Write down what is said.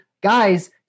guys